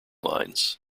lines